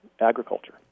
agriculture